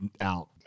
out